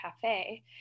Cafe